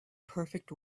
perfect